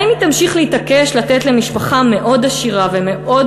האם היא תמשיך להתעקש לתת למשפחה מאוד עשירה ומאוד